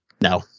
No